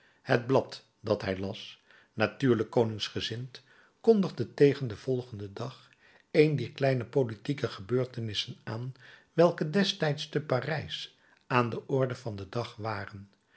het blad dat hij las natuurlijk koningsgezind kondigde tegen den volgenden dag een dier kleine politieke gebeurtenissen aan welke destijds te parijs aan de orde van den dag waren